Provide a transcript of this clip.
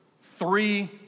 three